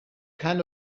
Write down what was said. kind